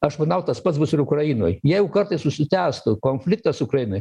aš manau tas pats bus ir ukrainoj jeigu kartais užsitęstų konfliktas ukrainoj